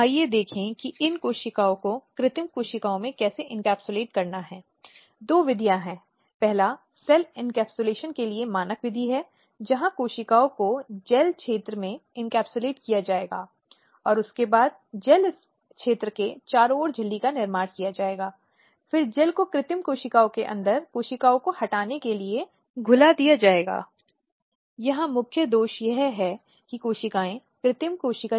अब हिंसा से हमारा क्या मतलब है जो एक सचेत और जानबूझकर महिला को नुकसान पहुँचाने के लिए किया जाने वाला कृत्य है